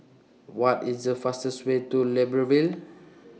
What IS The fastest Way to Libreville